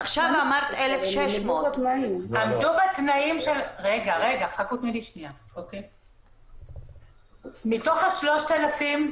עכשיו אמרת 1,600. מתוך ה-3,000,